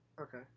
Okay